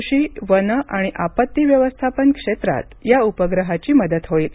कृषी वन आणि आपत्ती व्यवस्थापन क्षेत्रात या उपग्रहाची मदत होईल